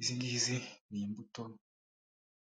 Izi ngizi ni imbuto